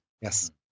Yes